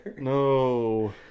No